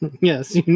Yes